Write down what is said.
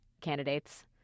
candidates